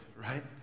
right